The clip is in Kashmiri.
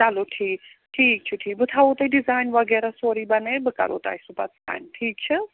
چلو ٹھیٖک ٹھیٖک چھُ ٹھیٖک بہٕ تھاوو تۄہہِ ڈِزاین وغیرہ سورُے بنٲوتھ بہٕ کرو تۄہہِ سُہ پتہٕ سینڈ ٹھیٖک چھِ حظ